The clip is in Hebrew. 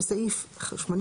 בסעיף 85